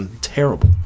terrible